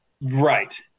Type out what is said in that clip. right